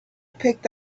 picked